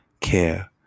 care